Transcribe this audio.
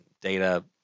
data